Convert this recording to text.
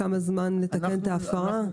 כמה זמן יש לתקן את ההפרה.